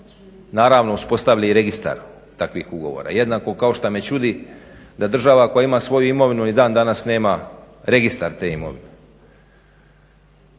naravno uspostavili i registar takvih ugovora. Jednako kao što me čudi da država koja ima svoju imovinu i dan danas nema registar te imovine.